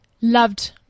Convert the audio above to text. Loved